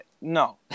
no